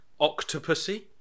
Octopussy